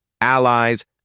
allies